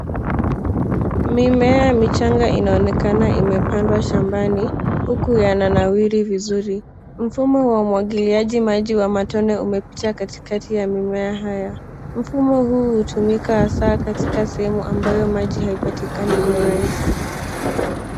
Mimea michanga inaonekana imepandwa shambani. Huku yananawiri vizuri. Mfumo wa umwagiliaji maji wa matone umepita katikati ya mimea haya. Mfumo huu hutumika hasa katika sehemu ambayo maji haipatikani kwa hurahisi.